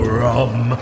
rum